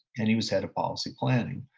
and he was head of policy planning.